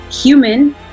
human